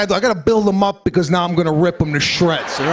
i got to build them up because now i'm gonna rip them to shreds,